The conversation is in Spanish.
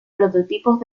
prototipos